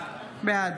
בעד